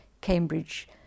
Cambridge